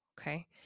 Okay